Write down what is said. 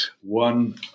One